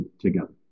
together